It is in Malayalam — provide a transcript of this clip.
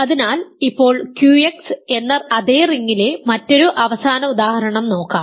അതിനാൽ ഇപ്പോൾ QX എന്ന അതേ റിംഗിലെ മറ്റൊരു അവസാന ഉദാഹരണം നോക്കാം